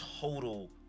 total